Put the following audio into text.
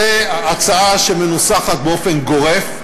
זו הצעה שמנוסחת באופן גורף,